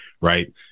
right